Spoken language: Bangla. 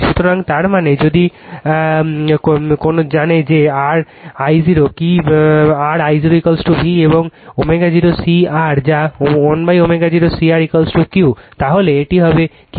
সুতরাং তার মানে যদি কোন কল জানে যে R I 0 কি কল R I 0V এবং ω0 C R যা 1ω 0 C RQ তাহলে এটি হবে Q V